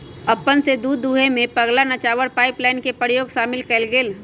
अपने स दूध दूहेमें पगला नवाचार पाइपलाइन के प्रयोग शामिल कएल गेल